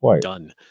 done